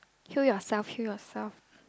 kill yourself kill yourself